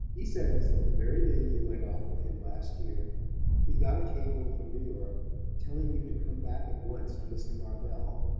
he says that the very day you went off with him last year you got a cable from new york telling you to come back at once to mr. marvell,